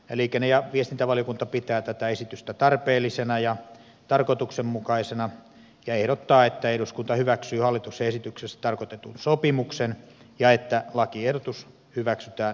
liikenne ja viestintävaliokunta pitää tätä esitystä tarpeellisena ja tarkoituksenmukaisena ja ehdottaa että eduskunta hyväksyy hallituksen esityksessä tarkoitetun sopimuksen ja että lakiehdotus hyväksytään muuttamattomana